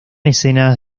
escenas